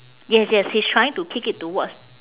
yes yes he's trying to kick it towards